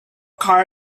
car